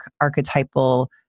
archetypal